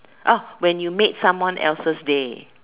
when you made someone else's day